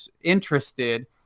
interested